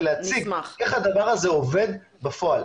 ולהציג איך הדבר הזה עובד בפועל.